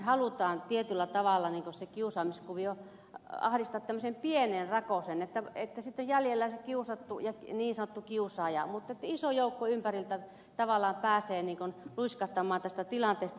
halutaan tietyllä tavalla se kiusaamiskuvio ahdistaa tämmöiseen pieneen rakoseen että sitten jäljellä on se kiusattu ja niin sanottu kiusaaja mutta iso joukko ympäriltä tavallaan pääsee luiskahtamaan tästä tilanteesta